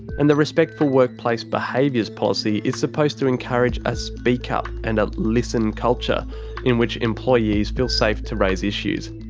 and the respectful workplace behaviours policy is supposed to encourage a speak up and a listen culture in which employees feel safe to raise issues.